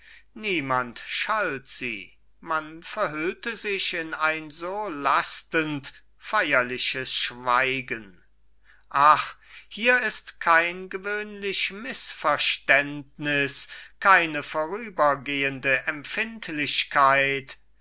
niemand schalt sie man verhüllte sich in ein so lastend feierliches schweigen ach hier ist kein gewöhnlich mißverständnis keine vorübergehende empfindlichkeit